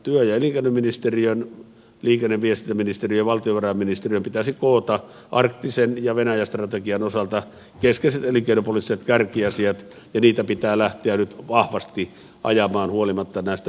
työ ja elinkeinoministeriön liikenne ja viestintäministeriön ja valtiovarainministeriön pitäisi koota arktisen ja venäjä strategian osalta keskeiset elinkeinopoliittiset kärkiasiat ja niitä pitää lähteä nyt vahvasti ajamaan eteenpäin huolimatta näistä ministerijärjestelyistä